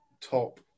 top